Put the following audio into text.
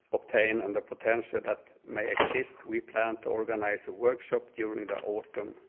obtained and the potential that may exist, we plan to organize a workshop during the autumn,